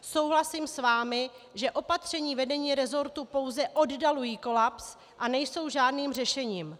Souhlasím s vámi, že opatření vedení resortu pouze oddalují kolaps a nejsou žádným řešením.